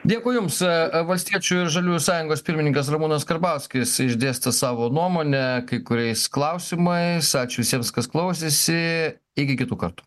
dėkui jums valstiečių ir žaliųjų sąjungos pirmininkas ramūnas karbauskis išdėstė savo nuomonę kai kuriais klausimais ačiū visiems kas klausėsi iki kitų kartų